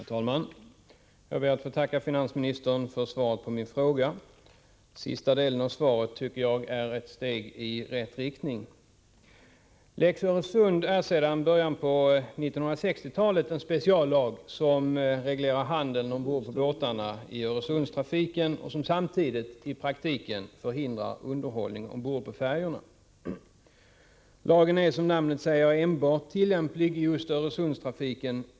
Herr talman! Jag ber att få tacka finansministern för svaret på min fråga. Den sista delen av svaret är ett steg i rätt riktning. Lex Öresund är sedan början av 1960-talet en speciallag som reglerar handeln ombord på båtarna i Öresundstrafiken och som samtidigt i praktiken förhindrar underhållning ombord på färjorna. Lagen är, som namnet anger, enbart tillämplig i just Öresundstrafiken.